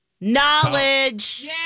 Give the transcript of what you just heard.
Knowledge